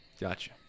Gotcha